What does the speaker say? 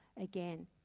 again